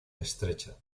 estrecha